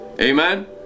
Amen